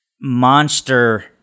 monster